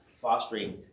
fostering